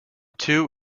too